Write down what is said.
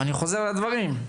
ואני חוזר על הדברים.